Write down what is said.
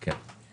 כן.